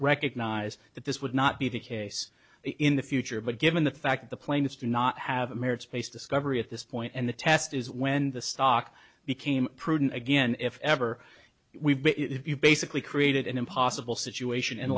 recognize that this would not be the case in the future but given the fact that the plaintiffs do not have a merits based discovery at this point and the test is when the stock became prudent again if ever we've basically created an impossible situation in